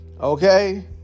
Okay